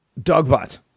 Dogbot